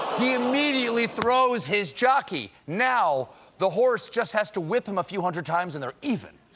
he immediately throws his jockey! now the horse just has to whip him a few hundred times, and they're even.